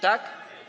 Tak?